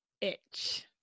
itch